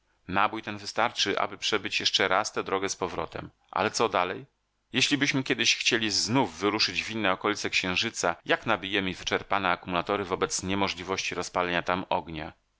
nabój ten wystarczy aby przebyć jeszcze raz tę drogę z powrotem ale co dalej jeślibyśmy kiedyś chcieli znów wyruszyć w inne okolice księżyca jak nabijemy wyczerpane akumulatory wobec niemożliwości rozpalenia tam ognia